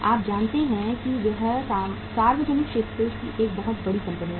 आप जानते हैं कि यह सार्वजनिक क्षेत्र की एक बहुत बड़ी कंपनी है